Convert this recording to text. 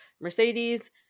Mercedes